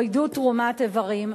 או עידוד תרומת איברים.